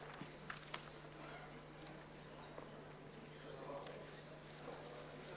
מכובדי, נשיא מדינת ישראל מר שמעון פרס,